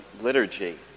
liturgy